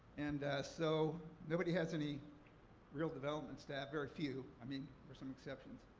and, so, nobody has any real development staff, very few, i mean, for some exceptions.